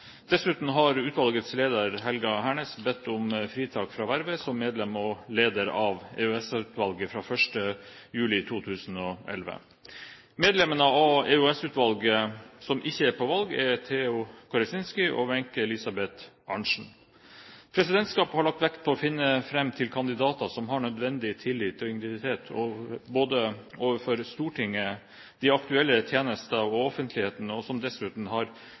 Dessuten har utvalgets leder, Helga Hernes, bedt om fritak fra vervet som medlem og leder av EOS-utvalget fra 1. juli 2011. Medlemmene av EOS-utvalget som ikke er på valg, er Theo Koritzinsky og Wenche Elizabeth Arntzen. Presidentskapet har lagt vekt på å finne fram til kandidater som har nødvendig tillit og integritet, både overfor Stortinget, de aktuelle tjenester og offentligheten, og som dessuten har